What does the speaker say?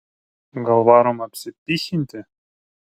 gal varom apsipychinti